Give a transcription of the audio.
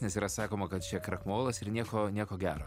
nes yra sakoma kad čia krakmolas ir nieko nieko gero